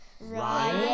Ryan